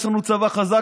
יש לנו צבא חזק,